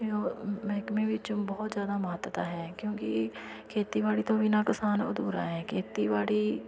ਮਹਿਕਮੇ ਵਿੱਚ ਬਹੁਤ ਜ਼ਿਆਦਾ ਮਹੱਤਤਾ ਹੈ ਕਿਉਂਕਿ ਖੇਤੀਬਾੜੀ ਤੋਂ ਬਿਨਾਂ ਕਿਸਾਨ ਅਧੂਰਾ ਹੈ ਖੇਤੀਬਾੜੀ